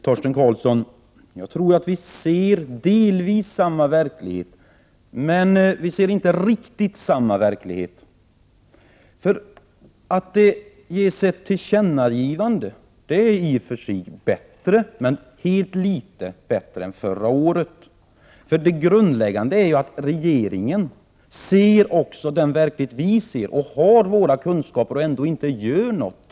Herr talman! Jag tror att vi ser delvis samma verklighet, Torsten Karlsson. Men vi ser inte riktigt samma verklighet. Det är i och för sig bättre att göra ett tillkännagivande, men bara litet bättre än det vi gjorde förra året. Det grundläggande är att regeringen ser den verklighet som vi ser och har samma kunskaper som vi har men ändå inte gör någonting.